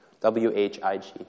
W-H-I-G